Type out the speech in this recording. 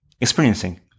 experiencing